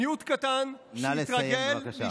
מיעוט קטן, נא לסיים, בבקשה.